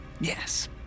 Yes